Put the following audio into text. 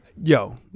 yo